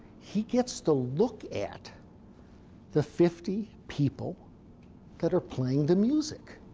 he gets to look at the fifty people that are playing the music,